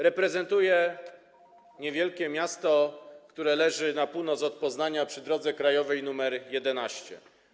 Reprezentuję niewielkie miasto, które leży na północ od Poznania przy drodze krajowej nr 11.